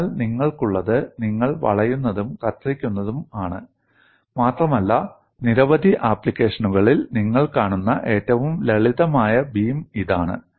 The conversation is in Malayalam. അതിനാൽ നിങ്ങൾക്കുള്ളത് നിങ്ങൾ വളയുന്നതും കത്രിക്കുന്നതും ആണ് മാത്രമല്ല നിരവധി ആപ്ലിക്കേഷനുകളിൽ നിങ്ങൾ കാണുന്ന ഏറ്റവും ലളിതമായ ബീം ഇതാണ്